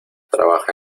trabaja